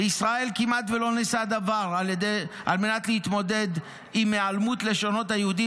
בישראל כמעט שלא נעשה דבר על מנת להתמודד עם היעלמות לשונות היהודים,